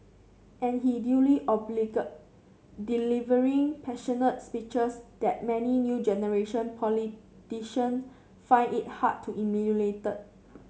and he duly obliged delivering passionate speeches that many new generation politician find it hard to emulat